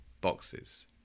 boxes